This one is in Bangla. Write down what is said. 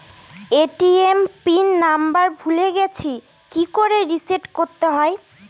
এ.টি.এম পিন নাম্বার ভুলে গেছি কি করে রিসেট করতে হয়?